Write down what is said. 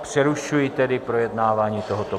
Přerušuji tedy projednávání tohoto bodu.